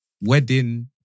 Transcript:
Wedding